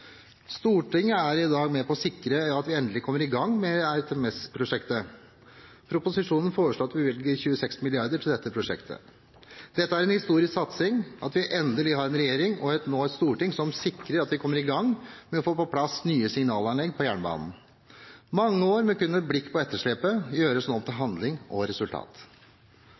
Stortinget er i dag med på å sikre at vi endelig kommer i gang med ERTMS-prosjektet. Proposisjonen foreslår at vi bevilger 26 mrd. kr til dette prosjektet. Dette er en historisk satsing – at vi endelig har en regjering og nå et storting som sikrer at vi kommer i gang med å få på plass nye signalanlegg på jernbanen. Mange år med kun et blikk på etterslepet gjøres nå om til handling og resultat.